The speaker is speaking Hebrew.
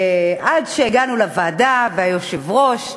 עד שהגענו לוועדה, והיושב-ראש,